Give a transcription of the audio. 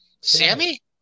Sammy